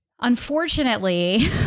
Unfortunately